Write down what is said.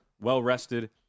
well-rested